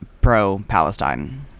pro-Palestine